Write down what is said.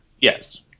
Yes